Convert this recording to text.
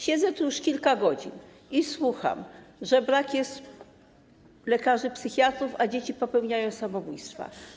Siedzę tu już kilka godzin i słucham, że brak jest lekarzy psychiatrów, a dzieci popełniają samobójstwa.